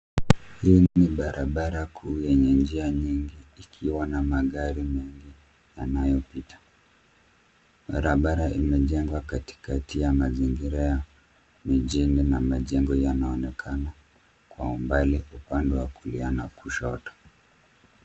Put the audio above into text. Hii ni barabara kuu yenye njia nyingi ikiwa na magari mengi yanayopita. Barabara imejengwa katikati ya mazingira ya mijini na majengo yanaonekana kwa umbali upande wa kulia na kushoto